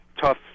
tough